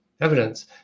evidence